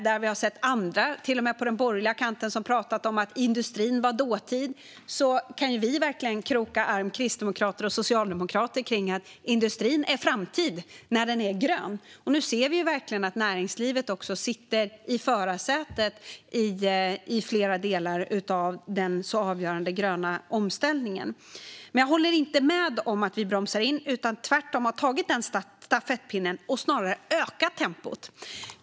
När vi ser hur andra, till och med på den borgerliga kanten, pratar om att industrin var dåtid kan vi kristdemokrater och socialdemokrater kroka arm och säga att industrin är framtid när den är grön. Nu ser vi att näringslivet sitter i förarsätet i flera delar av den så avgörande gröna omställningen. Jag håller inte med om att vi bromsar in, utan vi har tvärtom tagit stafettpinnen och snarare ökat tempot.